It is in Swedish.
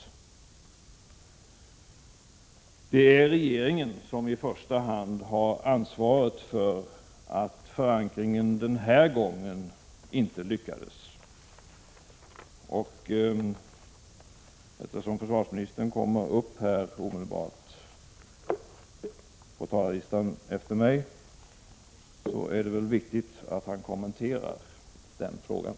Det är regeringen som i första hand har ansvaret för att förankringen den här gången inte lyckades. Prot. 1986/87:133 Eftersom försvarsministern kommer upp här i talarstolen omedelbart efter — 1 juni 1987